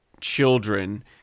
children